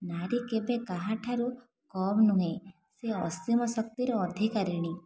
ନାରୀ କେବେ କାହା ଠାରୁ କମ ନୁହେଁ ସେ ଅସୀମ ଶକ୍ତିର ଅଧିକାରିଣୀ